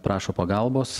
prašo pagalbos